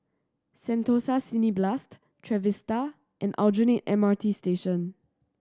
Sentosa Cineblast Trevista and Aljunied M R T Station